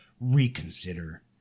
Reconsider